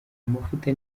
amavuta